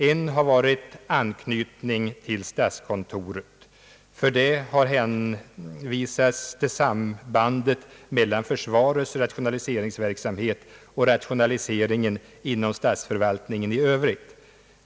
En har varit anknytning till statskontoret. Därvid har hänvisats till sambandet mellan försvarets rationaliseringsverksamhet och rationaliseringen inom statsförvaltningen i övrigt.